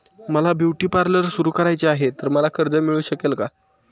मला beauty parlour सुरू करायचे आहे तर मला कर्ज मिळू शकेल का?